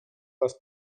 was